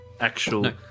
actual